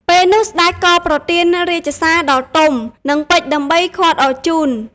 ពេលនោះសេ្តចក៏ប្រទានរាជសារដល់ទុំ និងពេជ្រដើម្បីឃាត់អរជូន។